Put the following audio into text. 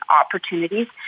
opportunities